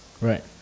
Right